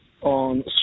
on